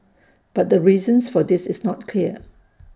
but the reasons for this is not clear